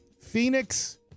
Phoenix